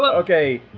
but okay,